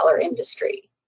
industry